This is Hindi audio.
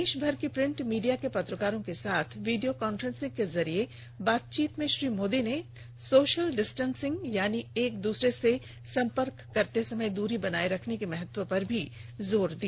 देशभर की प्रिन्ट मीडिया के पत्रकारों के साथ वीडियो कांफ्रेन्सिंग के जरिए बातचीत में श्री मोदी ने सोशल डिस्टेन्सिंग यानी एक दूसरे से संपर्क करते समय दूरी बनाए रखने के महत्व पर भी जोर दिया